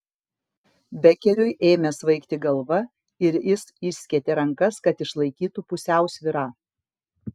bekeriui ėmė svaigti galva ir jis išskėtė rankas kad išlaikytų pusiausvyrą